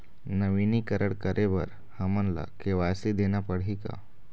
नवीनीकरण करे बर हमन ला के.वाई.सी देना पड़ही का?